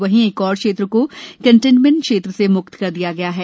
वहीं एक और क्षेत्र को कन्टेनमेंट से म्क्त कर दिया गया है